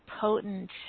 potent